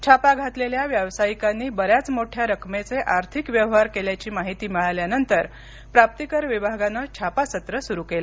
छापा घातलेल्या व्यावसायिकांनी बऱ्याच मोठ्या रकमेचे आर्थिक व्यवहार केल्याची माहिती मिळाल्यानंतर प्राप्तीकर विभागानं छापासत्र सुरू केलं